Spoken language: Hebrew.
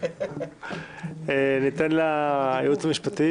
ניתן לייעוץ המשפטי